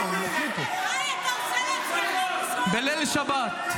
--- בליל שבת,